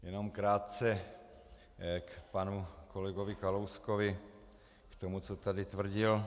Jenom krátce k panu kolegovi Kalouskovi, k tomu, co tady tvrdil.